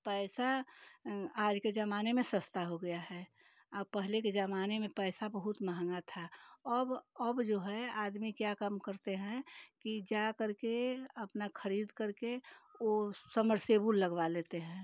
पैसा आज के ज़माने में सस्ता हो गया है और पहले के ज़माने में पैसा बहुत महंगा था अब अब जो है आदमी क्या कम करते हैं कि जा जाकर के अपना खरीद कर के वह समर सेबुल लगवा लेते हैं